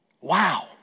Wow